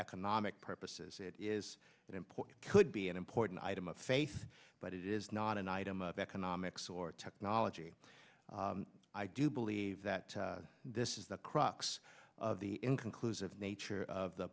economic purposes it is an important could be an important item of faith but it is not an item of economics or technology i do believe that this is the crux of the inconclusive nature of the